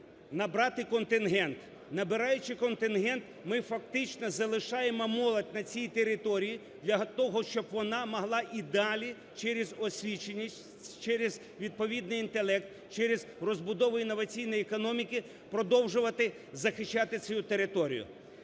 набрати контингент. Набираючи контингент, ми фактично залишаємо молодь на цій території для того, щоб вона могла і далі через освіченість, через відповідний інтелект, через розбудову інноваційної економіки продовжувати захищати свою територію.